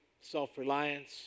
self-reliance